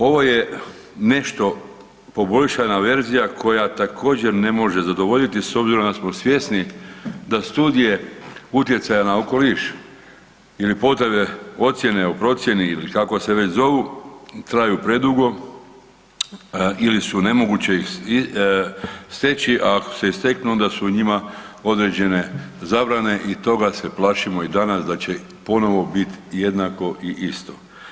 Ovo je nešto poboljšana verzija koja također ne može zadovoljiti s obzirom da smo svjesni da studije utjecaja na okoliš ili potvrde ocjene o procjeni ili kako se već zovu, traju predugo ili su nemoguće ih steći, a ako se i steknu onda su u njima određene zabrane i toga se plašimo i danas da će ponovo bit jednako i isto.